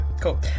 cool